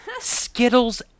Skittles